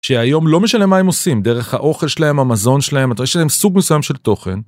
שהיום לא משנה מה הם עושים, דרך האוכל שלהם, המזון שלהם, יש להם סוג מסוים של תוכן.